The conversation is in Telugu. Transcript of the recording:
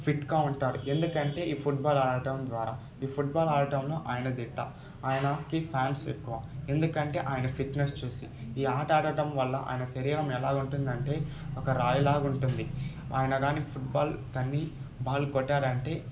ఫిట్గా ఉంటారు ఎందుకంటే ఈ ఫుట్బాల్ ఆడటం ద్వారా ఈ ఫుట్బాల్ ఆడటంలో ఆయన దిట్ట ఆయనకి ఫాన్స్ ఎక్కువ ఎందుకంటే ఆయన ఫిట్నెస్ చూసి ఈ ఆట ఆడటం వలన ఆయన శరీరం ఎలాగ ఉంటుందంటే ఒక రాయిలాగా ఉంటుంది ఆయన కానీ ఫుట్బాల్ తన్ని బాల్ కొట్టారంటే